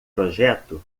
projeto